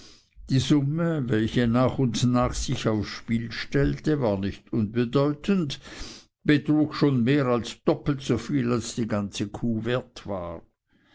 die summe welche nach und nach sich aufs spiel stellte war nicht unbedeutend betrug schon mehr als doppelt so viel als die ganze kuh wert war